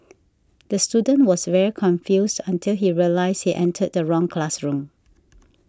the student was very confused until he realised he entered the wrong classroom